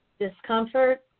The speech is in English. discomfort